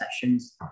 sessions